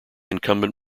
incumbent